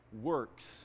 works